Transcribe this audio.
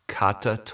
Kata